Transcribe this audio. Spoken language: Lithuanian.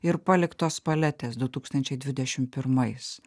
ir paliktos paletės du tūkstančiai dvidešim pirmais